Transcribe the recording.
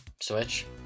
Switch